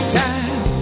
time